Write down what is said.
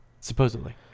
Supposedly